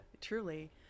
truly